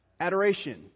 adoration